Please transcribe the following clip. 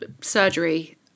surgery